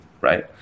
right